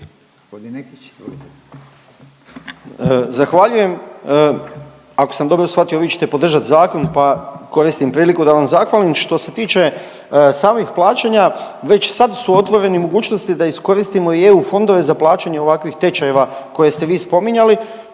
Zahvaljujem. Ako sam dobro shvatio vi ćete podržat zakon pa koristim priliku da vam zahvalim. Što se tiče samih plaćanja već sad su otvorene mogućnosti da iskoristimo i eu fondove za plaćanje ovakvih tečajeva koje ste vi spominjali